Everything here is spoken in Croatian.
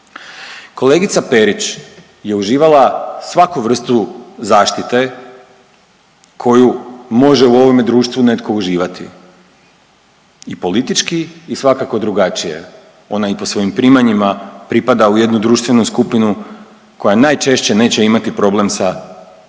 Kolegica Perić je uživala svaku vrstu zaštite koju može u ovome društvu netko uživati i politički i svakako drugačije. Ona i po svojim primanjima pripada u jednu društvenu skupinu koja najčešće neće imati problem sa ovakvim